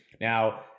Now